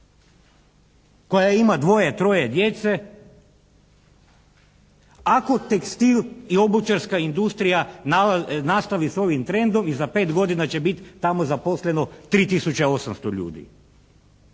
koja ima dvoje, troje djece? Ako tekstil i obućarska industrija nastavi s ovim trendom i za 5 godina će biti tamo zaposleno 3 tisuće 800 ljudi.